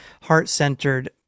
heart-centered